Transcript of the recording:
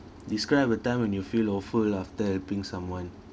describe a time when you feel awful after helping someone